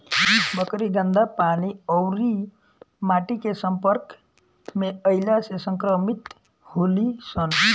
बकरी गन्दा पानी अउरी माटी के सम्पर्क में अईला से संक्रमित होली सन